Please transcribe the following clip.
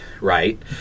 right